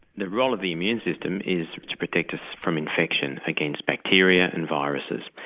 the role of the immune system is to protect us from infection against bacteria and viruses.